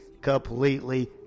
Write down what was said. completely